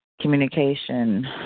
communication